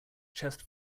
chest